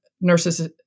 nurses